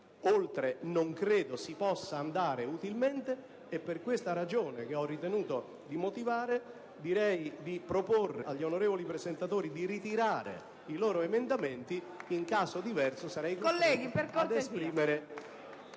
Oltre non credo si possa andare utilmente e per questa ragione, che ho ritenuto di motivare, propongo agli onorevoli presentatori di ritirare i loro emendamenti. In caso diverso sarei costretto ad esprimere...